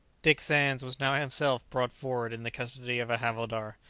dick sands was now himself brought forward in the custody of a havildar.